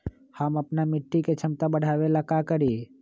हम अपना मिट्टी के झमता बढ़ाबे ला का करी?